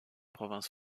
province